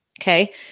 Okay